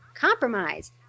compromise